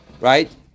right